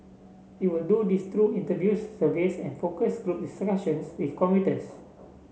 it will do this through interviews surveys and focus group discussions with commuters